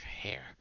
hair